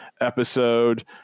episode